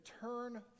turn